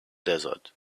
desert